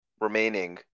remaining